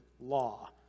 law